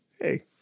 hey